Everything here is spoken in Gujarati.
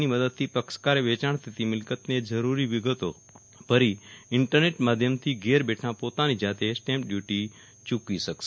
ની મદદથી પક્ષકારે વેચાજ઼ થતી મિલકતને લગતી જરૂરી વિગતો ભરી ઇન્ટરનેટ માધ્યમથી ઘેર બેઠાં પોતાની જાતે સ્ટેમ્પ ડ્યૂટી ચુકવી શકશે